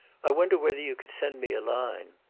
i wonder whether you could send me a line.